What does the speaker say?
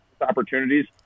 opportunities